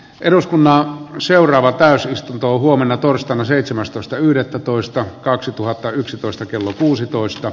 eduskunnan seuraava täysistunto huomenna torstaina seitsemästoista yhdettätoista kaksituhattayksitoista kello kuusitoista